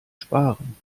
sparen